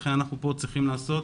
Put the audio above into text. לכן אנחנו כאן צריכים לעשות